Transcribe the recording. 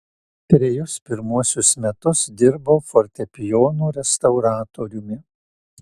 trejus pirmuosius metus dirbau fortepijonų restauratoriumi